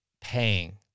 paying